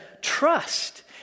trust